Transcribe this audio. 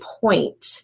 point